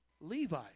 Levi